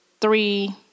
three